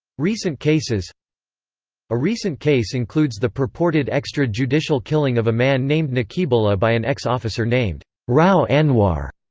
recent cases a recent case includes the purported extra judicial killing of a man named naqeebullah by an ex-officer named rao anwar.